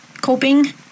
coping